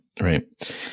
right